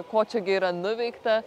ko čia gi yra nuveikta